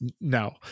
no